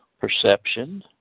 perception